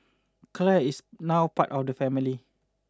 Clare is now part of the family